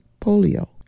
polio